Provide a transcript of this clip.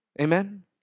Amen